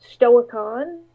Stoicon